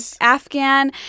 Afghan